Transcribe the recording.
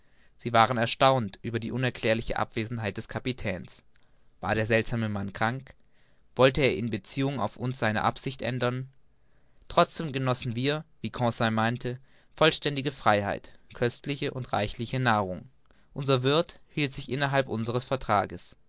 sie waren erstaunt über die unerklärliche abwesenheit des kapitäns war der seltsame mann krank wollte er in beziehung auf uns seine absicht ändern trotzdem genossen wir wie conseil meinte vollständige freiheit köstliche und reichliche nahrung unser wirth hielt sich innerhalb unseres vertrags